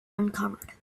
uncovered